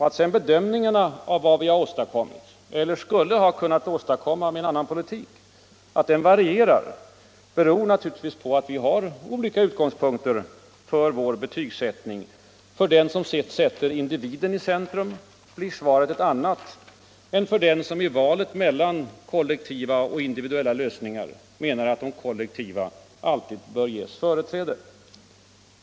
Att sedan bedömningarna av vad vi har åstadkommit —- eller skulle ha kunnat åstadkomma med en annan politik — varierar beror naturligtvis på att vi har olika utgångspunkter för vår betygssättning. För den som sätter individen i centrum blir svaret ett annat än för den som i valet mellan kollektiva och individuella lösningar menar att de kollektiva alltid bör ges företräde.